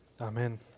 amen